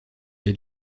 est